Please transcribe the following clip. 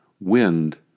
wind